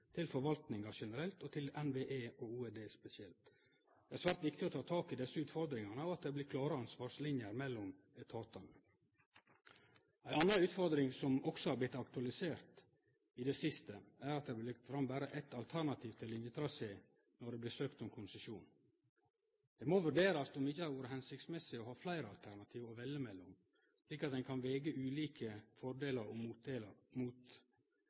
til forvaltningen generelt og til NVE og Olje- og energidepartementet spesielt.» Det er svært viktig å ta tak i desse utfordringane, og at det blir klare ansvarslinjer mellom etatane. Ei anna utfordring som også har blitt aktualisert i det siste, er at det blir lagt fram berre eitt alternativ til linjetrasé når det blir søkt om konsesjon. Det må vurderast om det ikkje hadde vore hensiktsmessig å ha fleire alternativ å velje mellom, slik at ein kan vege for og mot